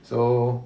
so